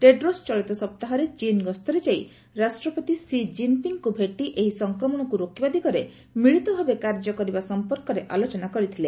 Tedros ଚଳିତ ସପ୍ତାହରେ ଚୀନ ଗସ୍ତରେ ଯାଇ ରାଷ୍ଟ୍ରପତି ସି ଜିନ୍ପିଙ୍ଗ୍ଙ୍କୁ ଭେଟି ଏହି ସଂକ୍ରମଣକୁ ରୋକିବା ଦିଗରେ ମିଳିତ ଭାବେ କାର୍ଯ୍ୟ କରିବା ସଂପର୍କରେ ଆଲୋଚନା କରିଥିଲେ